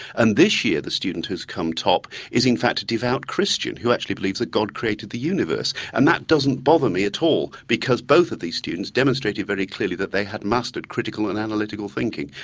and this year the student who's come top is in fact a devout christian who actually believes that god created the universe and that doesn't bother me at all because both of these students demonstrated very clearly that they had mastered critical and analytical thinking.